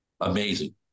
amazing